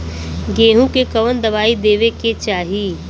गेहूँ मे कवन दवाई देवे के चाही?